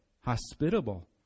hospitable